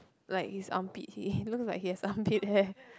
like his armpit he looks like he has armpit hair